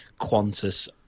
Qantas